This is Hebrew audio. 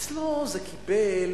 אצלו זה קיבל